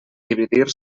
dividir